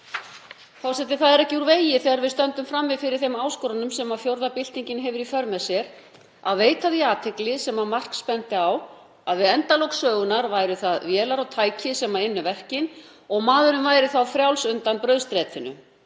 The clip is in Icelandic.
Forseti. Það er ekki úr vegi þegar við stöndum frammi fyrir þeim áskorunum sem fjórða iðnbyltingin hefur í för með sér að veita því athygli sem Marx benti á, að við endalok sögunnar væru það vélar og tæki sem ynnu verkin og maðurinn væri þá frjáls undan brauðstritinu.